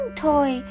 toy